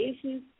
issues